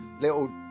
little